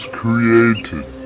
created